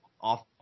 off